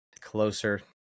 closer